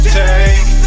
take